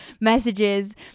messages